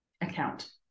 account